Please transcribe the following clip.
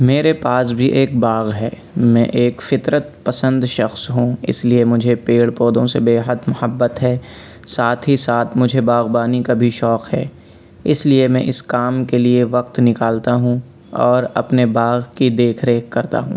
میرے پاس بھی ایک باغ ہے میں ایک فطرت پسند شخص ہوں اس لیے مجھے پیڑ پودوں سے بےحد محبت ہے ساتھ ہی ساتھ مجھے باغبانی کا بھی شوق ہے اس لیے میں اس کام کے لیے وقت نکالتا ہوں اور اپنے باغ کی دیکھ ریکھ کرتا ہوں